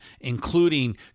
including